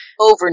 Over